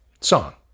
song